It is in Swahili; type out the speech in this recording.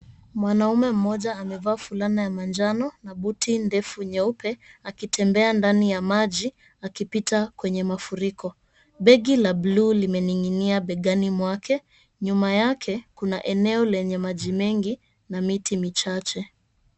Mwanaume mmoja amevaa fulana ya manjano na buti ndefu nyeupe akitembea ndani ya maji akipita kwenye mafuriko. Begi la buluu limening'inia begani mwake, nyuma yake kuna eneo lenye maji mengi na miti michache.